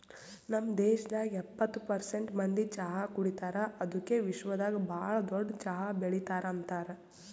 ನಮ್ ದೇಶದಾಗ್ ಎಪ್ಪತ್ತು ಪರ್ಸೆಂಟ್ ಮಂದಿ ಚಹಾ ಕುಡಿತಾರ್ ಅದುಕೆ ವಿಶ್ವದಾಗ್ ಭಾಳ ದೊಡ್ಡ ಚಹಾ ಬೆಳಿತಾರ್ ಅಂತರ್